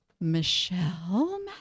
Michelle